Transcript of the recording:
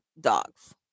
dogs